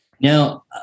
Now